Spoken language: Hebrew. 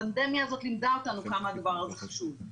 הפנדמיה הזאת לימדה אותנו כמה הדבר הזה חשוב.